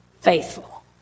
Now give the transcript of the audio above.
faithful